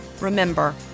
Remember